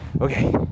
Okay